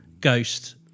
ghost